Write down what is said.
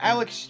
Alex